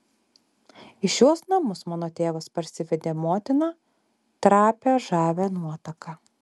į šiuos namus mano tėvas parsivedė motiną trapią žavią nuotaką